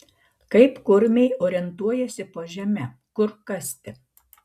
kaip kurmiai orientuojasi po žeme kur kasti